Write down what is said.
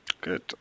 Good